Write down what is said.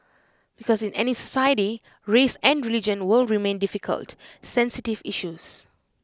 because in any society race and religion will remain difficult sensitive issues